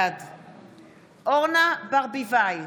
בעד אורנה ברביבאי,